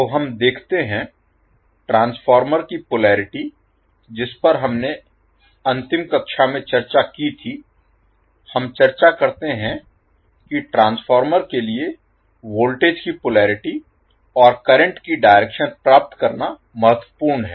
तो हम देखते हैं ट्रांसफार्मर की पोलरिटी जिस पर हमने अंतिम कक्षा में चर्चा की थी हम चर्चा करते हैं कि ट्रांसफार्मर के लिए वोल्टेज की पोलरिटी और करंट की डायरेक्शन प्राप्त करना महत्वपूर्ण है